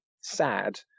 sad